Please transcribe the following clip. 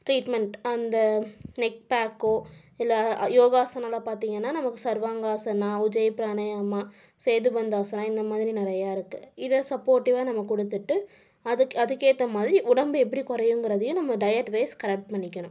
treatment அந்த neck பேக்கோ இல்லை யோகாசனம்லாம் பார்த்தீங்கன்னா நமக்கு சர்வாங்காஸனா உஜயபிராணாயாமா சேதுபந்தாஸனா இந்தமாதிரி நிறையா இருக்குது இதை சப்போர்ட்டிவாக நம்ம கொடுத்துட்டு அதுக்கு அதுக்கேற்ற மாதிரி உடம்பு எப்படி குறையுங்குறதையும் நம்ம டயட் வைஸ் கரெக்ட் பண்ணிக்கணும்